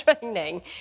training